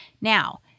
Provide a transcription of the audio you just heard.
Now